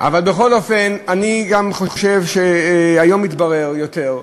אבל בכל אופן, אני גם חושב, היום התברר יותר,